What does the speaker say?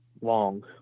long